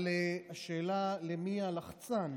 אבל השאלה למי הלחצן.